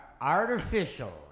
artificial